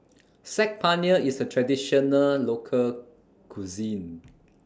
Saag Paneer IS A Traditional Local Cuisine